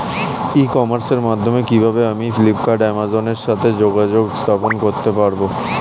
ই কমার্সের মাধ্যমে কিভাবে আমি ফ্লিপকার্ট অ্যামাজন এর সাথে যোগাযোগ স্থাপন করতে পারব?